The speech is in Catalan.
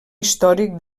històric